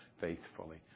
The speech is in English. faithfully